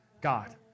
God